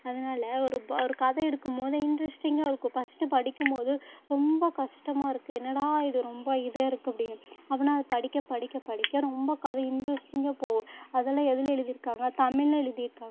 அதனால் ஒரு ப ஒரு கதை எடுக்கும் போது இண்ட்ரெஸ்டிங்காக இருக்கும் பஸ்ட்டு படிக்கும் போது ரொம்ப கஸ்டமாக இருக்குது என்னடா இது ரொம்ப இதாக இருக்குது அப்படின்னு அப்பன்னா அது படிக்க படிக்க படிக்க ரொம்ப கதை இண்ட்ரெஸ்டிங்காக போகும் அதெல்லாம் எதில் எழுதிருக்காங்க தமிழ்ல எழுதிருக்காங்க